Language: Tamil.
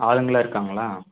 ஆளுங்களெல்லாம் இருக்காங்களா